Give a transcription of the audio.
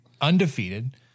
undefeated